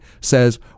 says